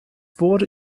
wurde